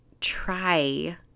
try